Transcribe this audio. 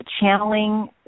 channeling